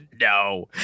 No